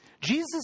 Jesus